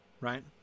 right